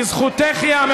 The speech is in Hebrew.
לזכותך ייאמר,